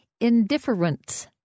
indifference